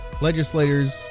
legislators